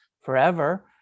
forever